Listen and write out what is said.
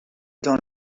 dans